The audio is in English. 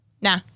Nah